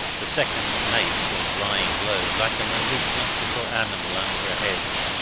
the second mate was lying low, like a malignant little animal under a hedge.